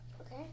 Okay